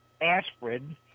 aspirin